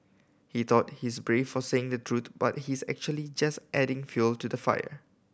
he thought he's brave for saying the truth but he's actually just adding fuel to the fire